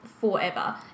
forever